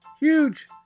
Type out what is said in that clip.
huge